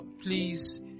please